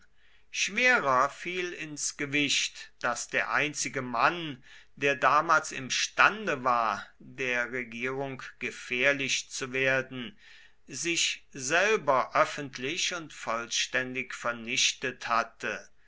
schwerer fiel ins gewicht daß der einzige mann der damals imstande war der regierung gefährlich zu werden sich selber öffentlich und vollständig vernichtet hatte